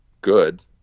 good